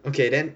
okay then